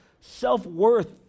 self-worth